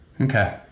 Okay